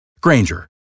Granger